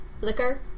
liquor